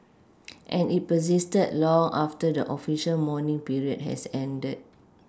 and it persisted long after the official mourning period had ended